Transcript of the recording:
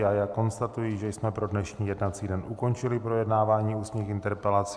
Já konstatuji, že jsme pro dnešní jednací den ukončili projednávání ústních interpelací.